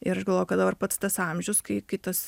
ir aš galvoju kad dabar pats tas amžius kai kai tas